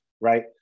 right